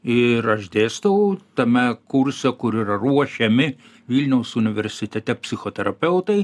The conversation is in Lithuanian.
ir aš dėstau tame kurse kur yra ruošiami vilniaus universitete psichoterapeutai